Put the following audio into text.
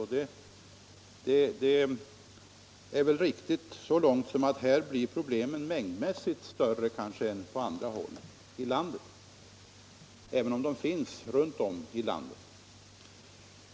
Det är väl riktigt att problemet 19 mängdmässigt här är större än på andra håll, även om dessa problem finns runt om i landet.